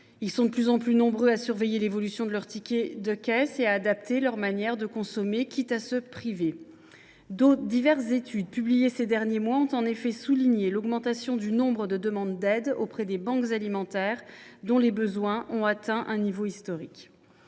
Ils sont de plus en plus nombreux à surveiller l’évolution de leurs tickets de caisse et à adapter leur manière de consommer, quitte à se priver. Diverses études, publiées ces derniers mois, ont ainsi souligné l’augmentation du nombre de demandes d’aide auprès des banques alimentaires, dont les besoins ont atteint un niveau historique.